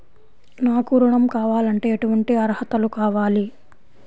నాకు ఋణం కావాలంటే ఏటువంటి అర్హతలు కావాలి?